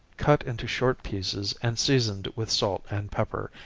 cut into short pieces, and seasoned with salt and pepper,